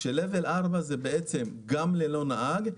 כשרמה 4 זה גם ללא נהג,